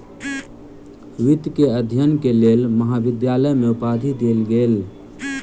वित्त के अध्ययन के लेल महाविद्यालय में उपाधि देल गेल